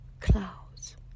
clouds